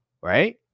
right